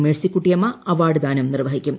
Mercykuttyamma award ദാനം നിർവ്വഹിക്കും